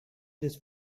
this